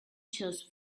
just